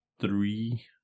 three